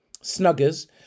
snuggers